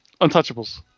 Untouchables